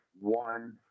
One